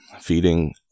feeding